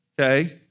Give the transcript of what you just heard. okay